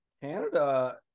Canada